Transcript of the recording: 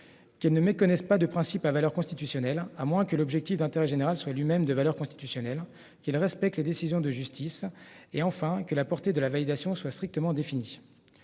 Qui ne me connaissent pas de principes à valeur constitutionnelle, à moins que l'objectif d'intérêt général soit lui-même de valeur constitutionnelle qu'il respecte les décisions de justice et enfin que la portée de la validation soit strictement définies.